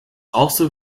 also